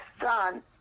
Son